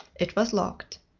it was locked.